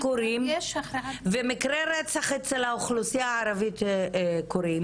מקרי רצח קורים ומקרי רצח אצל האוכלוסיה הערבית קורים